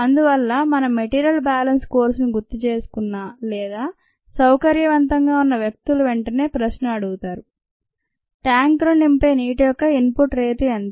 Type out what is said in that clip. అందువల్ల తమ material balance course ను గుర్తుచేసుకున్న లేదా సౌకర్యవంతంగా ఉన్న వ్యక్తులు వెంటనే ప్రశ్నఅడుగుతారు ట్యాంకును నింపే నీటి యొక్క ఇన్ పుట్ రేటు ఎంత